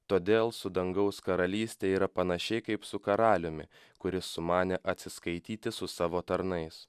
todėl su dangaus karalyste yra panašiai kaip su karaliumi kuris sumanė atsiskaityti su savo tarnais